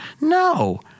No